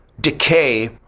decay